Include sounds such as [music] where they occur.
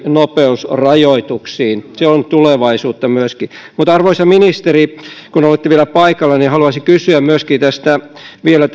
nopeusrajoituksiin se on tulevaisuutta myöskin arvoisa ministeri kun olette vielä paikalla niin haluaisin kysyä vielä [unintelligible]